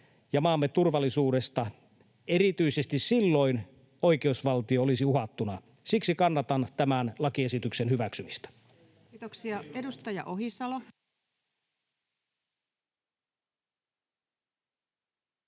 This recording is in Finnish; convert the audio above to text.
ja maamme turvallisuudesta, erityisesti silloin oikeusvaltio olisi uhattuna. Siksi kannatan tämän lakiesityksen hyväksymistä. [Speech 42] Speaker: